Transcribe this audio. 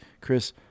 Chris